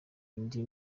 indi